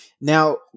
Now